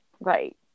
Right